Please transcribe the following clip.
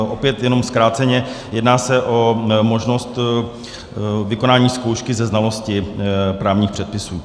Opět jenom zkráceně, jedná se o možnost vykonání zkoušky ze znalosti právních předpisů.